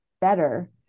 better